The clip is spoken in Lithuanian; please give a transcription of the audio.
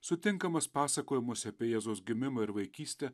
sutinkamas pasakojimuose apie jėzaus gimimą ir vaikystę